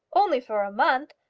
only for a month?